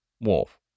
wolf